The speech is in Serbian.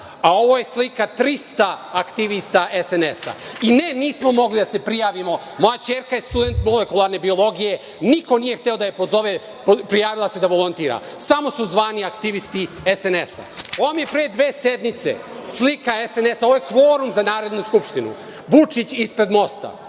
a ovo je slika 300 aktivista SNS i ne, nismo mogli da se prijavimo. Moja ćerka je student molekularne biologije, niko nije hteo da je pozove, prijavila se da volontira, samo su zvani aktivisti SNS. Ovo vam je pre dve sedmice slika SNS, ovo je kvorum za narednu Skupštinu, Vučić ispred mosta,